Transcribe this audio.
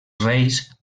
reis